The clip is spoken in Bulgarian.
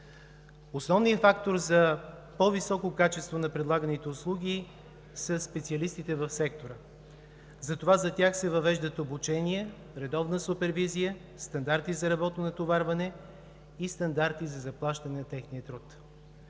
Основният фактор за по-високо качество на предлаганите услуги са специалистите в сектора. Затова за тях се въвеждат обучения, редовна супервизия, стандарти за работно натоварване и стандарти за заплащане на техния труд.